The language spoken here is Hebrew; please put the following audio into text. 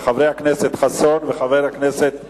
חבר הכנסת חסון וחבר הכנסת רותם,